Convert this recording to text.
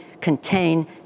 contain